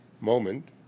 moment